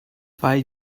weil